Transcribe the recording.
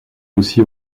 aussi